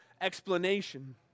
explanation